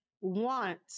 want